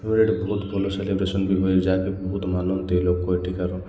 ଆମର ଏଠି ବହୁତ ଭଲ ସେଲିବ୍ରେସନ ବି ହୁଏ ଯାହାକି ବହୁତ ମାନନ୍ତି ଲୋକ ଏଠିକାର